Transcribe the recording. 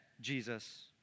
Jesus